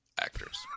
actors